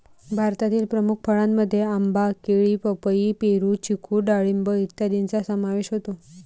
भारतातील प्रमुख फळांमध्ये आंबा, केळी, पपई, पेरू, चिकू डाळिंब इत्यादींचा समावेश होतो